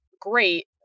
great